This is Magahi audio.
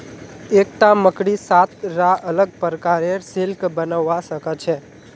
एकता मकड़ी सात रा अलग प्रकारेर सिल्क बनव्वा स ख छ